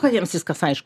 kad jiems viskas aišku